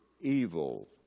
evil